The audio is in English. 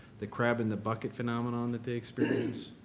the crab in the bucket phenomenon that they experience.